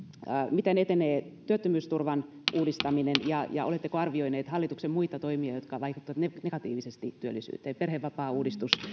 miten etenee työttömyysturvan uudistaminen ja ja oletteko arvioineet hallituksen muita toimia jotka vaikuttavat negatiivisesti työllisyyteen miten perhevapaauudistus